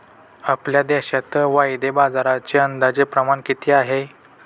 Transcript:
आपल्या देशात वायदे बाजाराचे अंदाजे प्रमाण किती आहे?